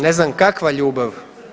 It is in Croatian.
Ne znam kakva ljubav?